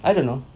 I don't know